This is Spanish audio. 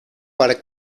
para